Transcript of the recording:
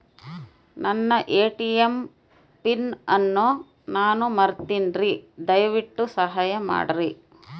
ನನ್ನ ATM PIN ಅನ್ನು ನಾನು ಮರಿತಿನ್ರಿ, ದಯವಿಟ್ಟು ಸಹಾಯ ಮಾಡ್ರಿ